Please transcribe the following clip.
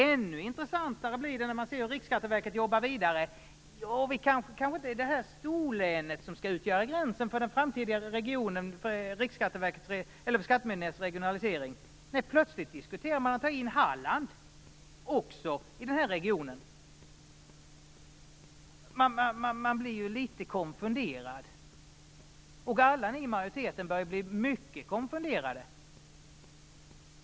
Ännu intressantare blir det när vi ser hur Riksskatteverket jobbar vidare. Man säger att det kanske inte är storlänet som skall utgöra gränsen för den framtida regionen vid skattemyndighetens regionalisering. Plötsligt diskuterar man att även ta in Halland i regionen. Jag blir litet konfunderad. Ni i majoriteten bör ju bli mycket konfunderade.